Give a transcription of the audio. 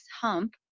hump